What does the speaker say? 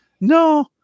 no